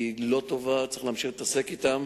היא לא טובה, צריך להמשיך להתעסק אתם.